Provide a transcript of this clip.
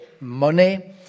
money